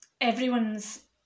everyone's